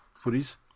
footies